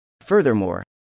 Furthermore